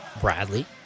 Bradley